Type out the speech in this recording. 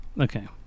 Okay